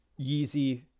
Yeezy